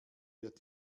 wird